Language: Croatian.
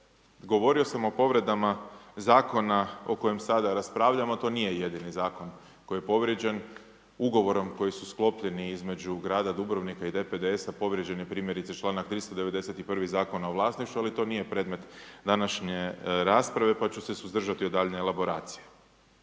govorio sam o povredama Zakona o kojem sada raspravljamo. To nije jedini Zakon koji je povrijeđen ugovorom koji su sklopljeni između grada Dubrovnika i DPDS-a. Povrijeđen je primjerice čl. 391. Zakona o vlasništvu, ali to nije predmet današnje rasprave pa ću se suzdržati od daljnje elaboracije.